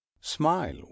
smile